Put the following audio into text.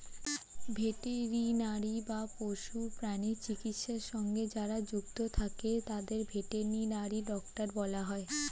veterinary বা পশু প্রাণী চিকিৎসা সঙ্গে যারা যুক্ত তাদের ভেটেরিনারি ডক্টর বলা হয়